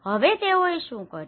હવે તેઓએ શું કર્યું